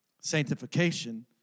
Sanctification